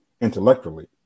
intellectually